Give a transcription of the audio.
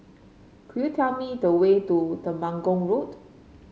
could you tell me the way to Temenggong Road